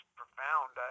profound